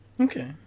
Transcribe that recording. Okay